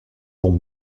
vont